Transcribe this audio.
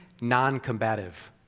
non-combative